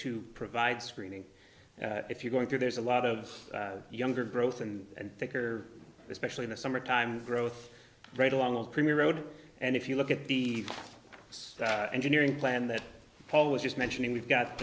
to provide screening if you're going through there's a lot of younger growth and thicker especially in the summertime growth right along with premier road and if you look at the engineering plan that paul was just mentioning we've got